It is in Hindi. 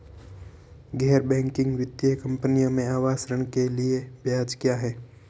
गैर बैंकिंग वित्तीय कंपनियों में आवास ऋण के लिए ब्याज क्या है?